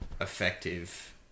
effective